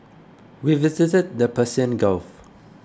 we visited the Persian Gulf